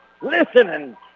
listening